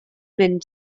mynd